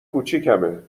کوچیکمه